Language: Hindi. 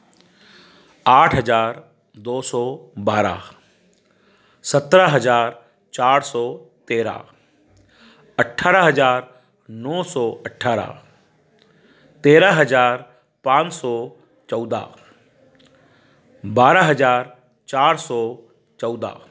आठ हज़ार दो सौ बारह सत्रह हज़ार चार सौ तेरह अठारह हज़ार नौ सौ अठारह तेरह हज़ार पाँच सौ चौदह बारह हज़ार चार सौ चौदह